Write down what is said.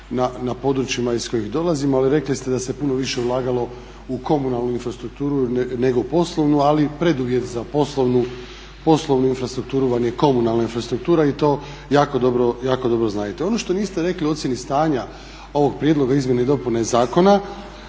na područjima iz kojih dolazimo, ali rekli ste da se puno više ulagalo u komunalnu infrastrukturu nego u poslovnu, ali preduvjet za poslovnu infrastrukturu vam je komunalna infrastruktura i to jako dobro znate. Ono što niste rekli o ocjeni stanja ovog prijedloga izmjene i dopune zakona,